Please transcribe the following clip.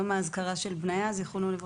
יום האזכרה של בניה ז"ל,